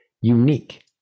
unique